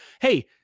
hey